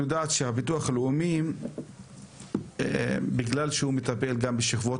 את יודעת שבגלל שהביטוח הלאומי מטפל בשכבות